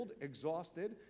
exhausted